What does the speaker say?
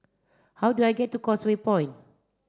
how do I get to Causeway Point